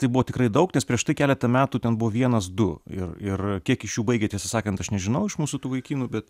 tai buvo tikrai daug nes prieš tai keletą metų ten buvo vienas du ir ir kiek iš jų baigė tiesą sakant aš nežinau iš mūsų tų vaikinų bet